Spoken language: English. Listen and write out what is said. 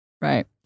Right